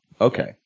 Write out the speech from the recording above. Okay